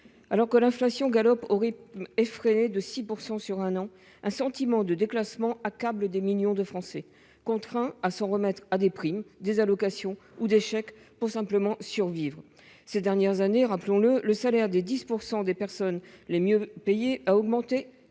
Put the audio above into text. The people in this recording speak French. Alors que l'inflation galope au rythme effréné de 6 % sur un an, un sentiment de déclassement accable des millions de Français, contraints de s'en remettre à des primes, des allocations ou des chèques pour simplement survivre. Ces dernières années, le salaire des 10 % de travailleurs les mieux payés a augmenté